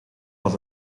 was